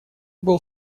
был